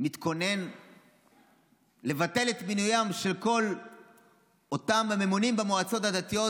מתכונן לבטל את מינוים של כל אותם הממונים במועצות הדתיות